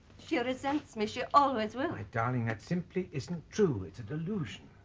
she ah resents me she always will. my darling that simply isn't true it's a delusion